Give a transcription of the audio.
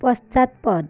পশ্চাৎপদ